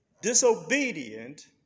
disobedient